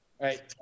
right